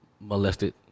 molested